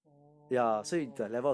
oh